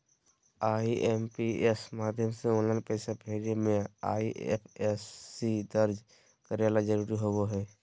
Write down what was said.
IMPS माध्यम से online पैसा भेजे मे आई.एफ.एस.सी दर्ज करे ला जरूरी होबो हय